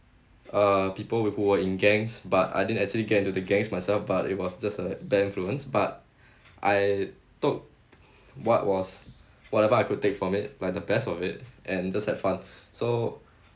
uh people with who were in gangs but I didn't actually get into the gangs myself but it was just a bad influence but I took what was whatever I could take from it like the best of it and just have fun so